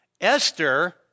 Esther